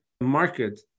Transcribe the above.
market